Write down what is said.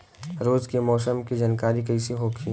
रोज के मौसम के जानकारी कइसे होखि?